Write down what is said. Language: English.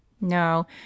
No